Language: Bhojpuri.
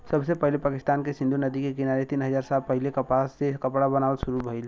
सबसे पहिले पाकिस्तान के सिंधु नदी के किनारे तीन हजार साल पहिले कपास से कपड़ा बनावल शुरू भइल